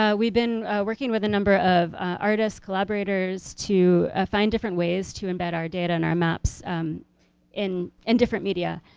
ah we've been working with a number of artists, collaborators to find different ways, to embed our data and our maps in in different media.